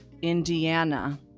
Indiana